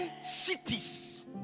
cities